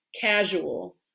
casual